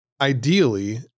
ideally